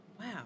wow